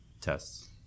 tests